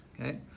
Okay